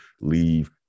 leave